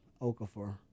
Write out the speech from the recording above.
Okafor